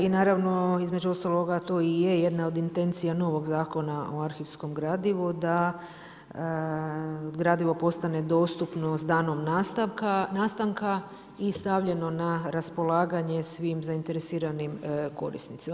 I naravno između ostaloga to i je jedna od intencija novog Zakona o arhivskom gradivu da gradivo postane dostupno s danom nastanka i stavljeno na raspolaganje svim zainteresiranim korisnicima.